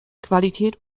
qualität